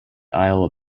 isle